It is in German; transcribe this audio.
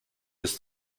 ist